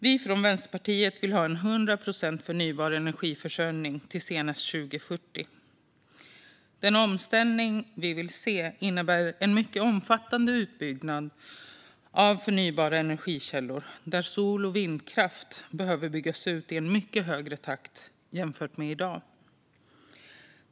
Vi från Vänsterpartiet vill ha en till 100 procent förnybar energiförsörjning senast 2040. Den omställning vi vill se innebär en mycket omfattande utbyggnad av förnybara energikällor. Sol och vindkraft behöver byggas ut i mycket högre takt än i dag.